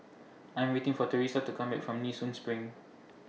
I Am waiting For Thresa to Come Back from Nee Soon SPRING